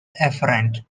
afferent